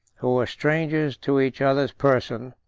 who were strangers to each other's person,